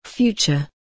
Future